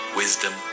wisdom